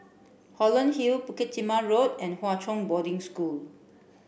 Holland Hill Bukit Timah Road and Hwa Chong Boarding School